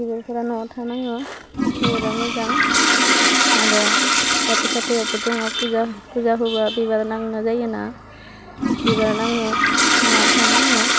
बिबारफ्रा न'वाव थानांगौ थायोबा मोजां आरो जाथे खाथेयावबो दङ फुजा फुजा होबा बिबार नांगौ जायोना बिबार नाङो न'वाव थानाङो